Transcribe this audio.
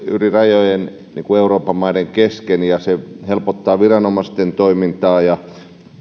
yli rajojen euroopan maiden kesken se helpottaa viranomaisten toimintaa ja